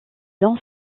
dents